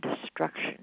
Destruction